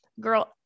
girl